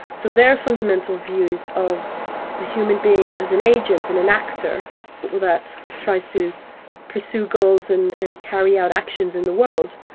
so their fundamental view is of the human being as an agent and an actor that tries to pursue goals and and carry out actions in the world,